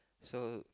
so